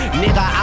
nigga